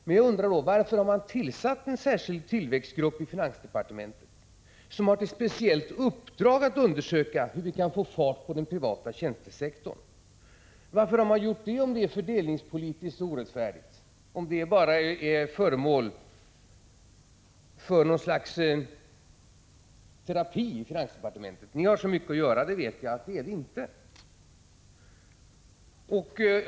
Men jag undrar: Varför har man tillsatt en särskild tillväxtgrupp i finansdepartementet, som har till speciellt uppdrag att undersöka hur vi skall kunna få fart på den privata tjänstesektorn? Varför har man gjort det om det är Prot. 1985/86:123 fördelningspolitiskt orättfärdigt? Är frågan bara föremål för något slags 22 april 1986 terapi i finansdepartementet? Ni har så mycket att göra, därför vet jag att det inte är på det sättet.